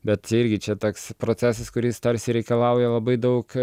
bet čia irgi čia toks procesas kuris tarsi reikalauja labai daug